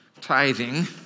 tithing